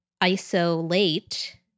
isolate